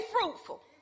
fruitful